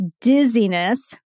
dizziness